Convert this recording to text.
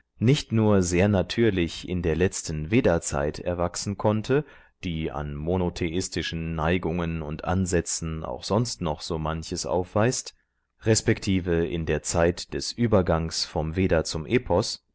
nicht nur sehr natürlich in der letzten vedazeit erwachsen konnte die an monotheistischen neigungen und ansätzen auch sonst noch so manches aufweist resp in der zeit des übergangs vom veda zum epos